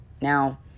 Now